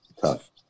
tough